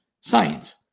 science